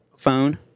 phone